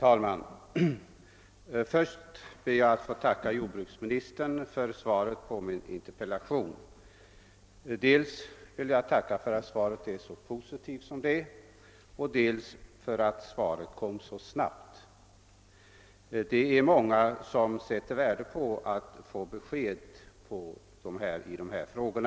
Herr talman! Jag ber att få tacka jordbruksministern för svaret på min interpellation, dels för att det är så positivt, dels för att det kommit så snabbt. Det är många som sätter värde på att få besked i dessa frågor.